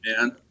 man